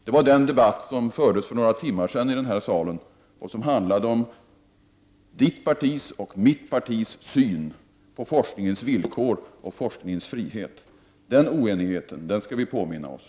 Jag avser då den debatt som fördes för några timmar sedan i denna sal och som handlade om miljöpartiets och mitt partis syn på forskningens villkor och forskningens frihet. Den oenigheten skall vi påminna oss.